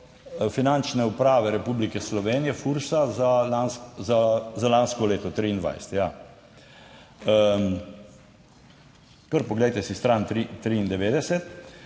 Finančne uprave Republike Slovenije, Furs, za lansko leto 2023. Ja, kar poglejte si stran 93